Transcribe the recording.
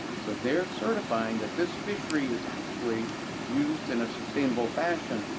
so they're certifying that this fishery is actually used in a sustainable fashion.